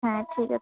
হ্যাঁ ঠিক আছে